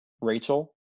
rachel